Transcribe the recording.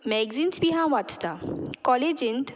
magazines बी हांव वाचतां कॉलेजींत